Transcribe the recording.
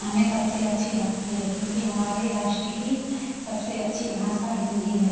हमें सबसे अच्छी लगती है क्योंकि हमारे राष्ट्र की सबसे अच्छी भाषा हिन्दी है